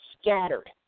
scattered